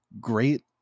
Great